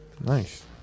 Nice